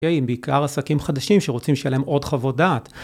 עם בעיקר עסקים חדשים שרוצים לשלם עוד חוות דעת.